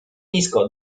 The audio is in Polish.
nisko